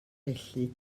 felly